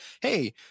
Hey